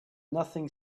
nothing